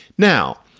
now,